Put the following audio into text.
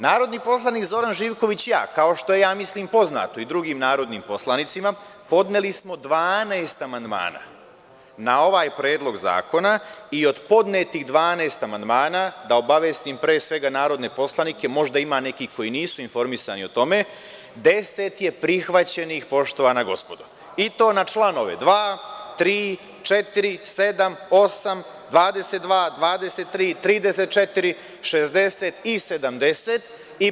Narodni poslanik Zoran Živković i ja, kao što je ja mislim poznato i drugim narodnim poslanicima, podneli smo 12 amandmana na ovaj Predlog zakona i od podnetih 12 amandmana, da obavestim pre svega narodne poslanike, možda ima nekih koji nisu informisani o tome, 10 je prihvaćenih, poštovana gospodo, i to na članove 2, 3, 4, 7, 8, 22, 23, 34, 60. i 70.